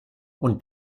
und